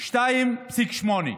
2.8%,